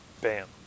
bam